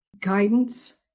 guidance